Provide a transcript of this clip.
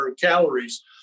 calories